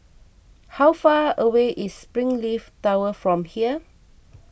how far away is Springleaf Tower from here